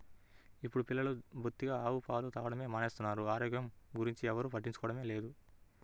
ఇప్పుడు పిల్లలు బొత్తిగా ఆవు పాలు తాగడమే మానేస్తున్నారు, ఆరోగ్యం గురించి ఎవ్వరు పట్టించుకోవడమే లేదు